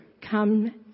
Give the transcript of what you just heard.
come